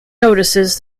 notices